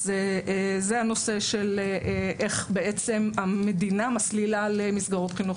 זה הנושא של איך המדינה מסלילה למסגרות חינוך